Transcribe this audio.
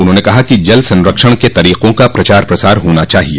उन्होंने कहा कि जल संरक्षण के तरीकों का प्रचार प्रसार होना चाहिए